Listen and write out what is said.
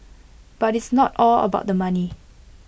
but it's not all about the money